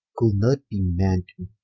could not be man to